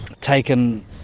taken